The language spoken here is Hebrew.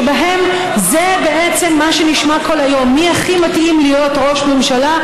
שבהם זה בעצם מה שנשמע כל היום: מי הכי מתאים להיות ראש הממשלה,